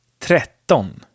Tretton